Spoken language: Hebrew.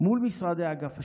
מול משרדי אגף השיקום.